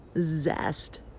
Zest